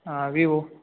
ಹಾಂ ವೀವೊ